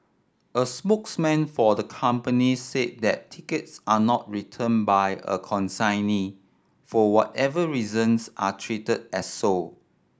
a spokesman for the company said that tickets are not returned by a consignee for whatever reasons are treated as sold